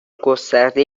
گسترده